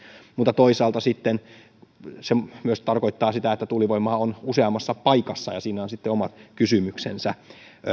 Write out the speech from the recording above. mutta sitten toisaalta se tarkoittaa myös sitä että tuulivoimaa on useammassa paikassa ja siinä on sitten omat kysymyksensä